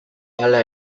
hala